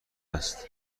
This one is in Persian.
است